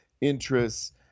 interests